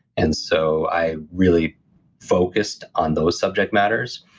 and so i really focused on those subject matters,